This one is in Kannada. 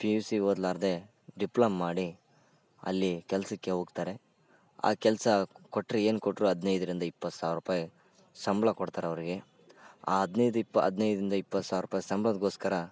ಪಿ ಯು ಸಿ ಓದಲಾರ್ದೆ ಡಿಪ್ಲೋಮ್ ಮಾಡಿ ಅಲ್ಲಿ ಕೆಲಸಕ್ಕೆ ಹೋಗ್ತಾರೆ ಆ ಕೆಲಸ ಕೊಟ್ಟರೆ ಏನು ಕೊಟ್ಟರು ಹದಿನೈದ್ರಿಂದ ಇಪ್ಪತ್ತು ಸಾವಿರ ರುಪಾಯ್ ಸಂಬಳ ಕೊಡ್ತಾರ್ ಅವ್ರಿಗೆ ಆ ಹದಿನೈದು ಇಪ್ಪತ್ತು ಆ ಹದಿನೈದು ಇಂದ ಇಪ್ಪತ್ತು ಸಾವಿರ ರುಪಾಯ್ ಸಂಬ್ಳದ್ಕೋಸ್ಕರ